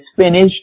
finished